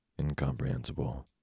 incomprehensible